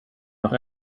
noch